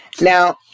Now